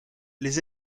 les